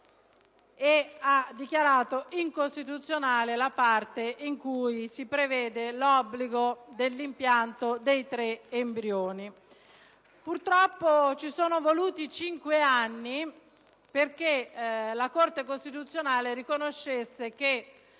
e ha dichiarato incostituzionale la parte in cui si prevede l'obbligo dell'impianto di tre embrioni. Purtroppo, ci sono voluti cinque anni perché la Corte costituzionale riconoscesse che